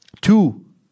Two